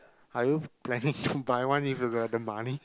are you planning to buy one if you've the the money